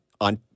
on